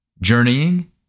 journeying